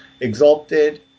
exalted